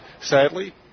Sadly